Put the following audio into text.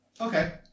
okay